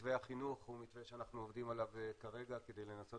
מתווה החינוך הוא מתווה שאנחנו עובדים עליו כרגע כדי לנסות